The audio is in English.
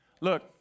Look